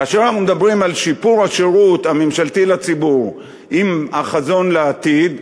כאשר אנחנו מדברים על שיפור השירות הממשלתי לציבור עם החזון לעתיד,